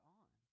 on